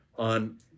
on